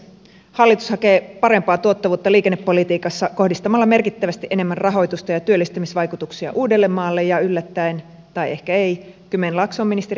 hallitus hakee parempaa tuottavuutta liikennepolitiikassa kohdistamalla merkittävästi enemmän rahoitusta ja työllistämisvaikutuksia uudellemaalle ja yllättäen tai ehkä ei kymenlaaksoon ministeri häkämiehen kotikonnuille